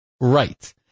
right